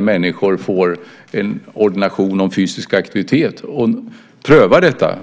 Människor får alltså ordination om fysisk aktivitet och prövar detta.